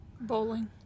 Bowling